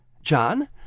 John